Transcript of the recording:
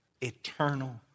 eternal